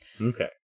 Okay